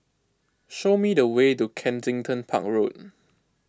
show me the way to Kensington Park Road